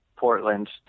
Portland